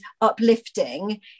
uplifting